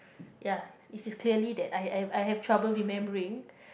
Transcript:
ya is is clearly that I I've I have trouble remembering